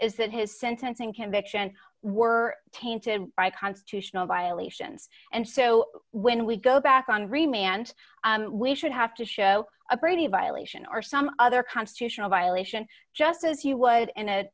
is that his sentencing convictions were tainted by constitutional violations and so when we go back on dream and we should have to show a brady violation or some other constitutional violation just as you would in a